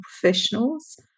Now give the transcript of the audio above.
professionals